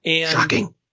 Shocking